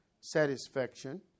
satisfaction